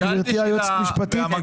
גברתי היועצת המשפטית,